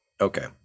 Okay